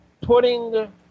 putting